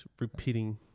repeating